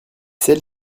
celle